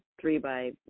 three-by